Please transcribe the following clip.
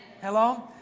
Hello